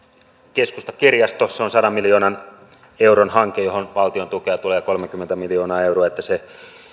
keskustakirjasto se on sadan miljoonan euron hanke johon valtion tukea tulee kolmekymmentä miljoonaa euroa niin että se